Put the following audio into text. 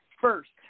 first